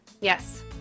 Yes